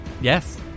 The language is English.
Yes